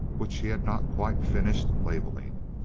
which he had not quite finished labeling.